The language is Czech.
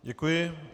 Děkuji.